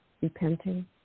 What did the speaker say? repenting